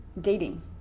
dating